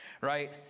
right